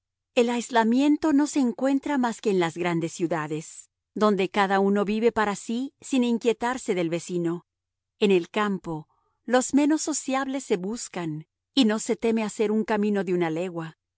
el aislamiento no se encuentra más que en las grandes ciudades donde cada uno vive para sí sin inquietarse del vecino en el campo los menos sociables se buscan y no se teme hacer un camino de una legua